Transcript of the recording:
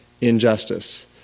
injustice